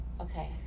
okay